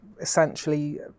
essentially